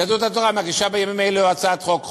ויהדות התורה מגישה בימים אלו הצעת חוק.